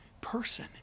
person